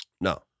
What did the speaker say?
no